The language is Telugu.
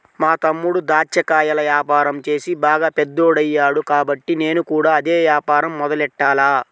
మా తమ్ముడు దాచ్చా కాయల యాపారం చేసి బాగా పెద్దోడయ్యాడు కాబట్టి నేను కూడా అదే యాపారం మొదలెట్టాల